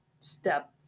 step